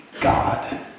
God